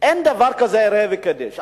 שאין דבר שהוא כזה ראה וקדש,